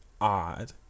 odd